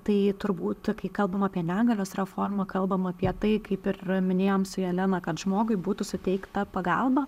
tai turbūt kai kalbam apie negalios reformą kalbam apie tai kaip ir minėjom su jelena kad žmogui būtų suteikta pagalba